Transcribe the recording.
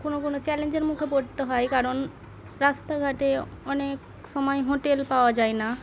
কোনো কোনো চ্যালেঞ্জের মুখে পড়তে হয় কারণ রাস্তাঘাটে অনেক সময় হোটেল পাওয়া যায় না